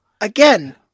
Again